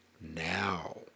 now